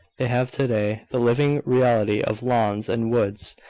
they have to-day the living reality of lawns and woods,